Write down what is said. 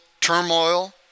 turmoil